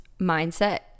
mindset